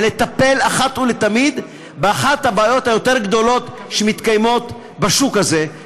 ולטפל אחת ולתמיד באחת הבעיות היותר-גדולות שמתקיימות בשוק הזה,